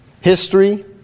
History